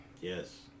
Yes